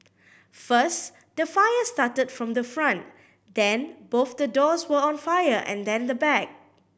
first the fire started from the front then both the doors were on fire and then the back